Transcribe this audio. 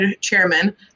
chairman